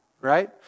Right